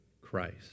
Christ